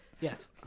yes